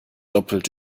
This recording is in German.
doppelt